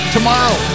Tomorrow